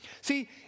See